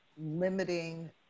limiting